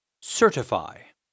Certify